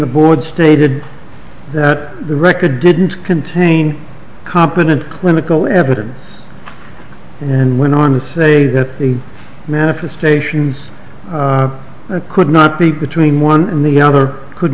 the board stated that the record didn't contain competent clinical evidence and went on to say that the manifestations could not be between one and the other could